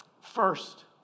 First